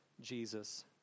Jesus